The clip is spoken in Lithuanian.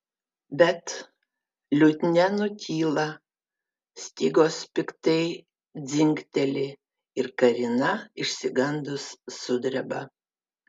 bet liutnia nutyla stygos piktai dzingteli ir karina išsigandus sudreba